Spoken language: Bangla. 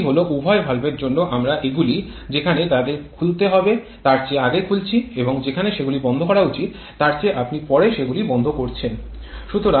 এটি হল উভয় ভালভের জন্য আমরা এগুলি যেখানে তাদের খুলতে হবে তার চেয়ে আগে খুলেছি এবং যেখানে সেগুলি বন্ধ করা উচিত তার চেয়ে আপনি পরে সেগুলি বন্ধ করেছেন